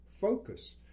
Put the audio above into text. focus